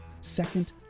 Second